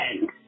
end